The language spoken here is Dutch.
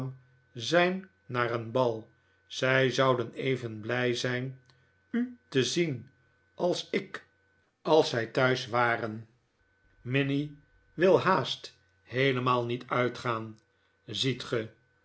zijn naar een bal zij zouden even blij zijn u te zien als ik als zij thuis waren minnie wil haast heelemaal niet uitgaan ziet ge